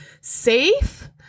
safe